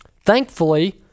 Thankfully